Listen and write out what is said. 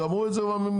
גמרו את זה כבר ממזמן.